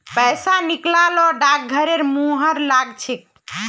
पैसा निकला ल डाकघरेर मुहर लाग छेक